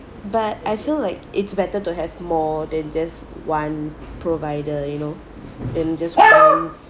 but I feel like it's better to have more than just one provider you know than just one